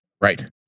Right